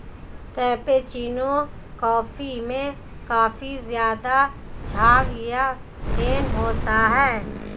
cappuccino coffee में काफी ज़्यादा झाग या फेन होता है